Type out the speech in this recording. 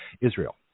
Israel